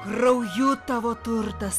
krauju tavo turtas